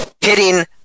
hitting